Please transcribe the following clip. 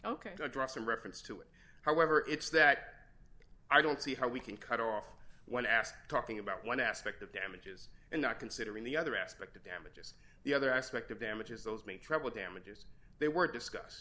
ok draw some reference to it however it's that i don't see how we can cut off when asked talking about one aspect of damages and not considering the other aspect of damages the other aspect of damages those may trouble damages they were discuss